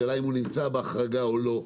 השאלה אם הוא נמצא בהחרגה או לא,